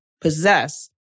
possess